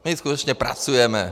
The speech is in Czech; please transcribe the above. My skutečně pracujeme.